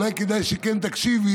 אולי כדאי שכן תקשיבי,